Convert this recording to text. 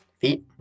feet